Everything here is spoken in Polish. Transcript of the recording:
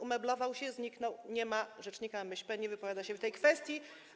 Umeblował się, zniknął, nie ma rzecznika MŚP, nie wypowiada się w tej kwestii.